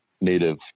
native